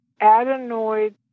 Adenoid